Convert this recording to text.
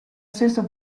stesso